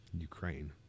Ukraine